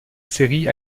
série